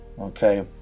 Okay